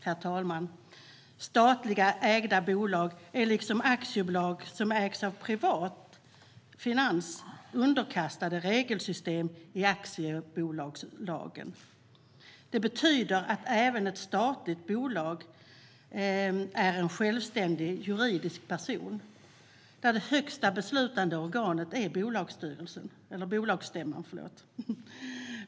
Herr talman! Statligt ägda bolag är liksom aktiebolag som ägs privat underkastade regelsystem i aktiebolagslagen. Det betyder att även ett statligt bolag är en självständig juridisk person, där det högsta beslutande organet är bolagsstämman.